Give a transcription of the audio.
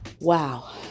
Wow